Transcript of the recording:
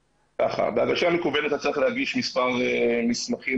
בהגשה מקוונת אתה צריך להגיש מספר מסמכים